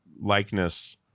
likeness